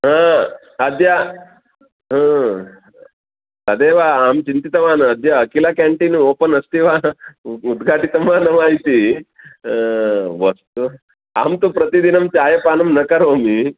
हा अद्य हा तदेव अहं चिन्तितवान् अद्य अकिला केन्टीन् ओपन् अस्ति वा उद्घाटितं वा न वा इति वक्तुम् अहं तु प्रतिदिनं चायपानं न करोमि